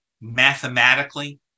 mathematically